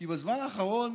כי בזמן האחרון